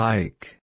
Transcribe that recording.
Hike